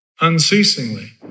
unceasingly